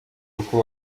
uko